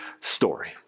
story